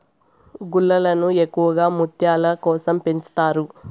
గుల్లలను ఎక్కువగా ముత్యాల కోసం పెంచుతారు